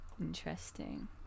Interesting